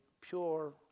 pure